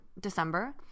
December